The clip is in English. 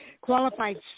qualified